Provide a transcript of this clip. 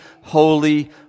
holy